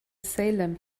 salem